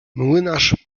młynarz